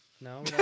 no